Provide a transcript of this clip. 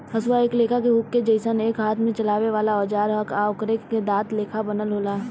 हसुआ एक लेखा के हुक के जइसन एक हाथ से चलावे वाला औजार ह आ एकरा में दांत लेखा बनल होला